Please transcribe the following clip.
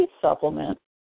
supplement